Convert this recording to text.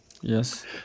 yes